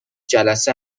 جلسه